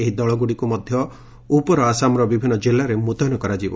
ଏହି ଦଳଗୁଡ଼ିକୁ ମଧ୍ୟ ଉପର ଆସାମର ବିଭିନ୍ନ ଜିଲ୍ଲାରେ ମୁତୟନ କରାଯିବ